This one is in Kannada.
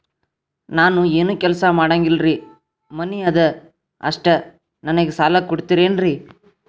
ನಾನು ಏನು ಕೆಲಸ ಮಾಡಂಗಿಲ್ರಿ ಮನಿ ಅದ ಅಷ್ಟ ನನಗೆ ಸಾಲ ಕೊಡ್ತಿರೇನ್ರಿ?